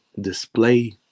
display